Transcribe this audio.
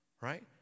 right